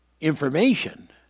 information